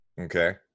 okay